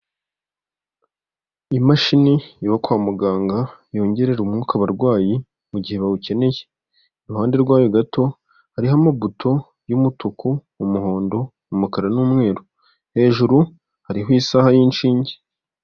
Imashini yo kwa muganga yongerera umwuka abarwayi mu gihe bawukeneye iruhande rwayo gato hariho amabuto y'umutuku, umuhondo, umukara n'umweru hejuru hariho isaha y'inshinge.